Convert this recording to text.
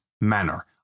manner